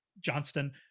Johnston